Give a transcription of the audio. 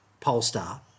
Polestar